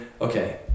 okay